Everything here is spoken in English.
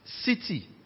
City